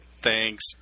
Thanks